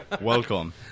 Welcome